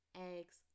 eggs